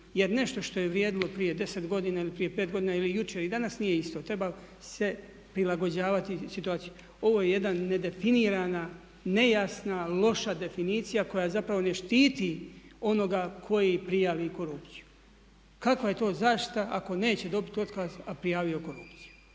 Jer nešto što je vrijedilo prije 10 godina ili prije 5 godina, ili jučer i danas nije isto. Treba se prilagođavati situaciji. Ovo je jedna nedefinirana, nejasna loša definicija koja zapravo ne štiti onoga koji prijavi korupciju. Kakva je to zaštita ako neće dobiti otkaz a prijavio korupciju?